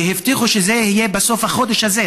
והחליטו שהתחלת העבודה תהיה בסוף החודש הזה,